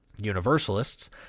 universalists